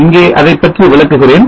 இங்கே அதைப் பற்றி விளக்குகிறேன்